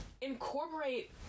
incorporate